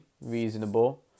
reasonable